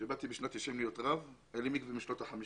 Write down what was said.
כשהתחלתי להיות רב בשנת 90' היה מקווה משנות ה-50